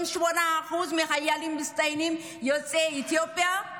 אם 8% מהחיילים המצטיינים יוצאי אתיופיה,